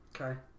Okay